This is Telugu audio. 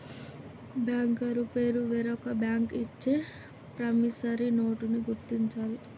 బ్యాంకరు పేరు వేరొక బ్యాంకు ఇచ్చే ప్రామిసరీ నోటుని గుర్తించాలి